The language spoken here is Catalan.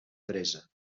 presa